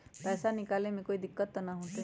पैसा निकाले में कोई दिक्कत त न होतई?